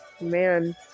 Man